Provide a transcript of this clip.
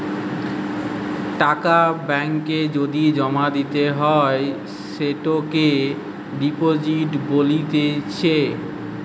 টাকা ব্যাঙ্ক এ যদি জমা দিতে হয় সেটোকে ডিপোজিট বলতিছে